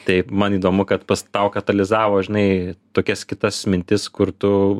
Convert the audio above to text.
tai man įdomu kad pas tau katalizavo žinai tokias kitas mintis kur tu